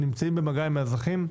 במגע עם האזרחים,